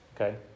okay